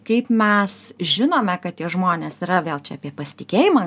kaip mes žinome kad tie žmonės yra vėl čia apie pasitikėjimą